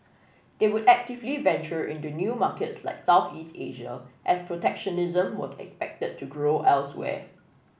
they would actively venture into new markets like Southeast Asia as protectionism was expected to grow elsewhere